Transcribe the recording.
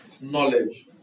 knowledge